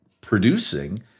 producing